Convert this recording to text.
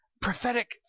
prophetic